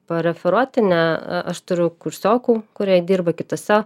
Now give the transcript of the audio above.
pareferuoti ne aš turiu kursiokų kurie dirba kitose